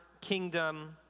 kingdom